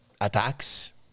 attacks